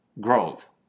growth